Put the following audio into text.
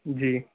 جی